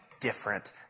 different